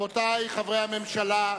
רבותי חברי הממשלה,